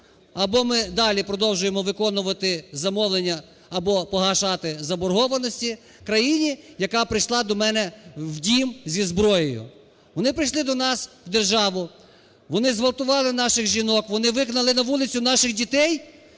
Або ми далі продовжуємо виконувати замовлення – або погашати заборгованості країні, яка прийшла до мене в дім зі зброєю. Вони прийшли до нас в державу, вони зґвалтували наших жінок, вони вигнали на вулицю наших дітей.